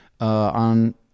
On